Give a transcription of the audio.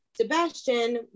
Sebastian